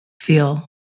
feel